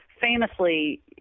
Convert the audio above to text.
Famously